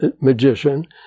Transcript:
magician